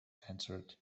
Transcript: answered